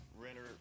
Renter